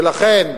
ולכן,